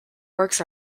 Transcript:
works